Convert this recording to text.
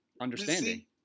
understanding